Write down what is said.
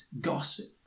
gossip